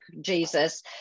Jesus